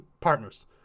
partners